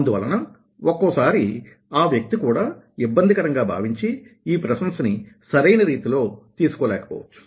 అందువలన ఒక్కోసారి ఆ వ్యక్తి కూడా ఇబ్బందికరంగా భావించి ఈ ప్రశంసని సరైన రీతిలో తీసుకో లేకపోవచ్చు